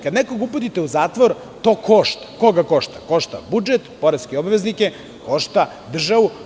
Kada nekoga uputite u zatvor to košta budžet, poreske obveznike, košta državu.